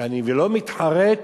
ולא מתחרט